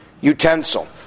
utensil